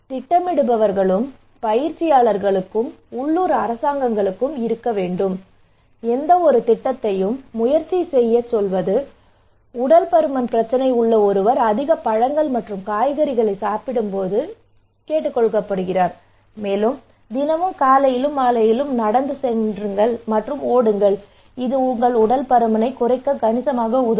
இது திட்டமிடுபவர்களுக்கும் பயிற்சியாளர்களுக்கும் உள்ளூர் அரசாங்கங்களுக்கும் இருக்க வேண்டும் எந்தவொரு திட்டத்தையும் முயற்சி செய்யச் சொல்வது உடல் பருமன் பிரச்சினை உள்ள ஒருவர் அதிக பழங்கள் மற்றும் காய்கறிகளை சாப்பிடும்படி கேட்டுக்கொள்ளப்படுகிறார் மேலும் தினமும் காலையிலும் மாலையிலும் நடந்து சென்று ஓடுங்கள் இது உங்கள் உடல் பருமனைக் குறைக்க கணிசமாக உதவும்